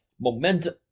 momentum